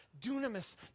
dunamis